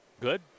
good